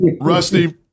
Rusty